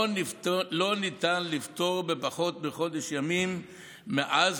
לא ניתן לפתור בפחות מחודש הימים מאז